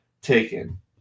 taken